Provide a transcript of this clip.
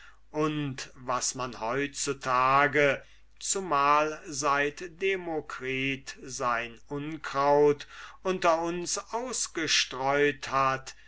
und was man heut zu tage zumal seit demokritus sein unkraut unter uns ausgestreut hat